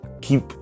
keep